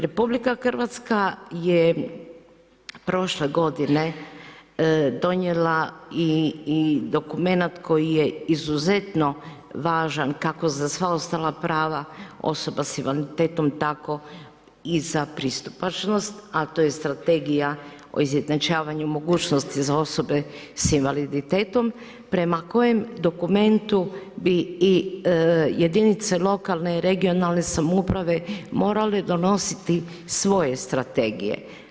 RH je prošle godine donijela i dokumenat koji je izuzetno važan kako za sva ostala prava osoba s invaliditetom tako i za pristupačnost, a to je Strategija o izjednačavanju mogućnosti za osobe s invaliditetom prema kojem dokumentu bi i jedinice lokalne i regionalne samouprave morali donositi svoje strategije.